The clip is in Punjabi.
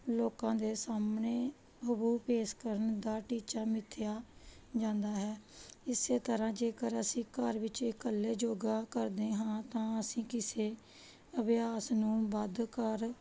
ਲੋਕਾਂ ਦੇ ਸਾਹਮਣੇ ਪੇਸ਼ ਕਰਨ ਦਾ ਟੀਚਾ ਮਿੱਥਿਆ ਜਾਂਦਾ ਹੈ ਇਸੇ ਤਰ੍ਹਾਂ ਜੇਕਰ ਅਸੀਂ ਘਰ ਵਿੱਚ ਇਕੱਲੇ ਯੋਗਾ ਕਰਦੇ ਹਾਂ ਤਾਂ ਅਸੀਂ ਕਿਸੇ ਅਭਿਆਸ ਨੂੰ ਵੱਧ ਕਰ